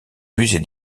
musée